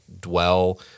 dwell